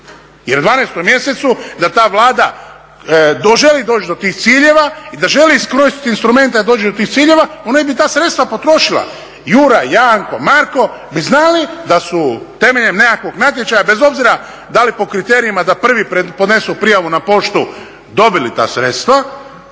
Jer u 12. mjesecu da ta Vlada želi doći do tih ciljeva i da želi iskoristiti instrumente da dođe do tih ciljeva ona bi ta sredstva potrošila. Juraj, Janko, Marko bi znali da su temeljem nekakvog natječaja, bez obzira da li po kriterijima da prvi podnesu prijavu na poštu dobili ta sredstva